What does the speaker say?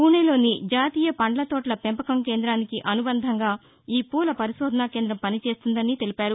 పూణేలోని జాతీయ పండ్ల తోటల పెంపకం కేంద్రానికి అనుబంధంగా ఈ పూల పరిశోధన కేంద్రం పని చేస్తుందని తెలిపారు